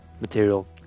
material